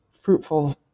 fruitful